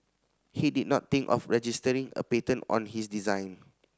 he did not think of registering a patent on his design